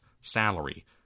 salary